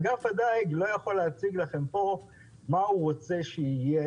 אגף הדיג לא יכול להציג לכם פה מה הוא רוצה שיהיה,